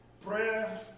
Prayer